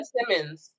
Simmons